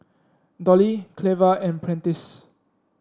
Dollye Cleva and Prentice